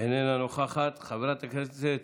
איננה נוכחת, חברת הכנסת